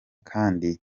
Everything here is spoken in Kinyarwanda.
kandi